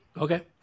Okay